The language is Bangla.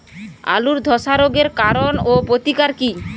আলুর ধসা রোগের কারণ ও প্রতিকার কি?